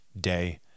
day